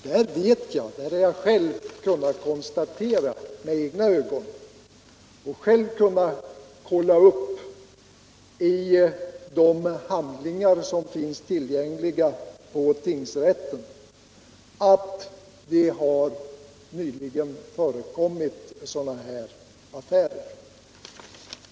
Där har jag med egna ögon kunna konstatera och kontrollera i de handlingar som finns tillgängliga på tingsrätten, att det nyligen har förekommit sådana här affärer.